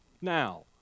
now